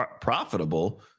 profitable